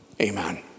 Amen